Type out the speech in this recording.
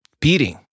beating